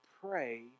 pray